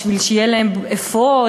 בשביל שיהיה להם אפוד,